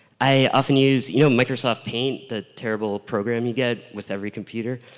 i often use, you know, microsoft paint, the terrible program you get with every computer?